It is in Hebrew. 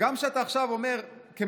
שגם כשאתה עכשיו אומר כמדינה,